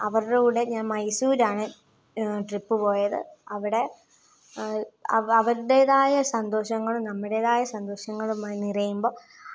അവർടെ കൂടെ ഞാൻ മൈസൂരാണ് ട്രിപ്പ് പോയത് അവിടെ അവർ അവരുടെതായ സന്തോഷങ്ങളും നമ്മുടെതായ സന്തോഷങ്ങളുമായി നിറയുമ്പം